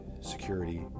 security